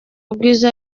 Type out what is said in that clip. ubwiza